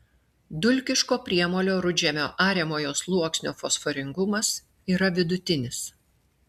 dulkiško priemolio rudžemio ariamojo sluoksnio fosforingumas yra vidutinis